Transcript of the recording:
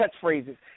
catchphrases